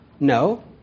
No